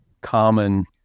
common